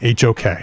HOK